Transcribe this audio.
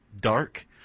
dark